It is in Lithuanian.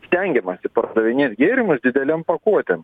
stengiamasi pardavinėt gėrimus didelėm pakuotėm